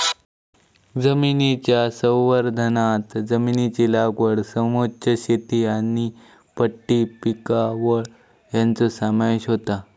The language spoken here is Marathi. जमनीच्या संवर्धनांत जमनीची लागवड समोच्च शेती आनी पट्टी पिकावळ हांचो समावेश होता